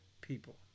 people